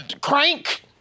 crank